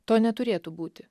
to neturėtų būti